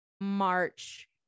March